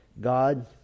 God